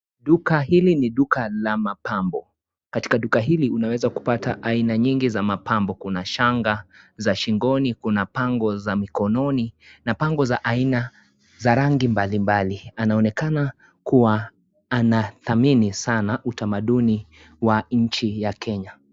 Duka hili ni Duka la mapambo. Katika Duka hili, unaweza kupata aina nyingi za mapambo. Kuna shanga za shingoni, kuna bango za mikononi na bango za aina za rangi mbali mbali. Anaonekana kuwa anathamini Sana utamaduni wa nchi ya Kenya.